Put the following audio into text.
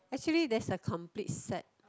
actually there's a complete set